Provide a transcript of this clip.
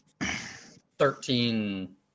Thirteen